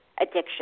addiction